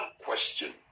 question